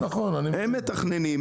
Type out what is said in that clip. הם מתכננים,